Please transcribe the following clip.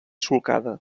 solcada